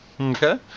Okay